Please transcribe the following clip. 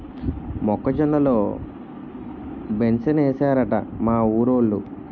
మొక్క జొన్న లో బెంసేనేశారట మా ఊరోలు